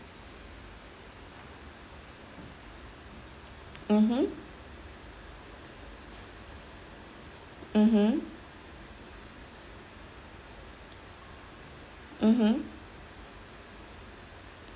mmhmm mmhmm mmhmm